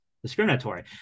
discriminatory